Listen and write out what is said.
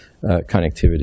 connectivity